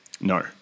no